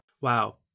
Wow